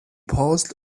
paused